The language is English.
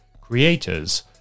creators